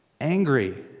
Angry